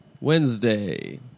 Wednesday